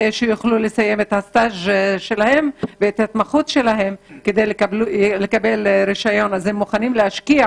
שיוכלו לסיים את ההתמחות שלהם אז הם מוכנים להשקיע